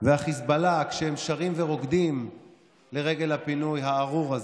והחיזבאללה כשהם שרים ורוקדים לרגל הפינוי הארור הזה,